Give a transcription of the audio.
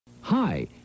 Hi